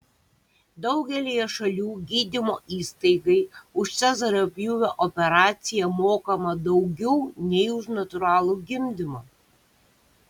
daugelyje šalių gydymo įstaigai už cezario pjūvio operaciją mokama daugiau nei už natūralų gimdymą